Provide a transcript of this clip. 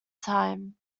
time